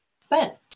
spent